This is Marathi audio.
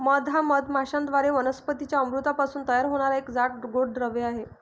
मध हा मधमाश्यांद्वारे वनस्पतीं च्या अमृतापासून तयार होणारा एक जाड, गोड द्रव आहे